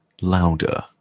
louder